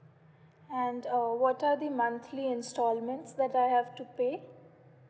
and uh what are the monthly installments that I have to pay